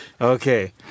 Okay